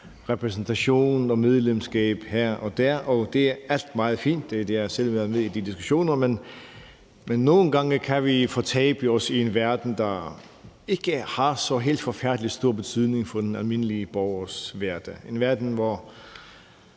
repræsentation og medlemskab her og der, og det er alt sammen meget fint. Jeg har selv været med i de diskussioner. Men nogle gange kan vi fortabe os i en verden, der ikke har så helt forfærdelig stor betydning for den almindelige borgers hverdag – en verden, hvor